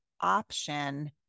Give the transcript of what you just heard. option